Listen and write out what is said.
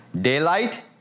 Daylight